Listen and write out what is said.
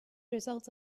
results